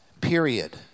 period